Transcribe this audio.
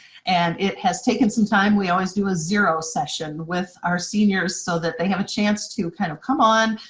and it has taken some time. we always do a zero session with our seniors so they have a chance to kind of come on,